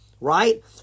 right